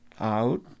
out